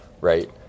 right